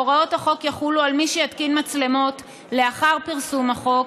שבה הוראות החוק יחולו על מי שיתקין מצלמות לאחר פרסום החוק,